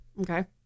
Okay